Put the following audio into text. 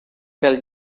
pel